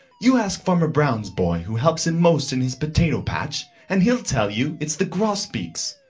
you ask farmer brown's boy who helps him most in his potato patch, and he'll tell you it's the grosbeaks.